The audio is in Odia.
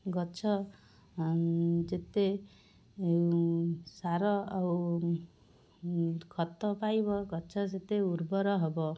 ଗଛ ଯେତେ ସାର ଆଉ ଖତ ପାଇବ ଗଛ ସେତେ ଉର୍ବର ହବ